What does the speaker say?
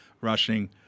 rushing